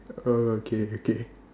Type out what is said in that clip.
oh okay okay